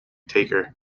taker